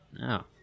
No